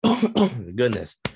goodness